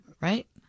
Right